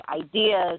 ideas